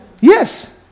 yes